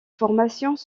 formations